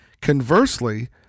Conversely